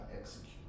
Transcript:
execute